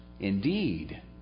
indeed